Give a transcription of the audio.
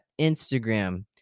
Instagram